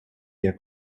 year